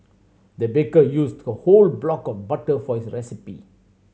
the baker used a whole block of butter for this recipe